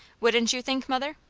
wouldn't you think, mother?